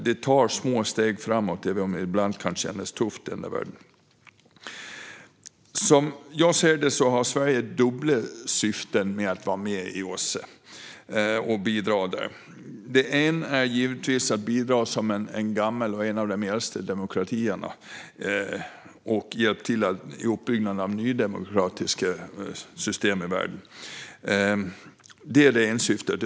Vi tar små steg framåt även om det ibland kan kännas tufft i denna värld. Som jag ser det har Sverige dubbla syften med att vara med i OSSE och bidra där. Ett är att vara med och bidra som en av de äldsta demokratierna och hjälpa till med uppbyggandet av nya demokratiska system i världen. Det är det ena syftet.